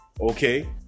Okay